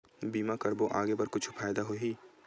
बीमा करबो आगे बर कुछु फ़ायदा होही?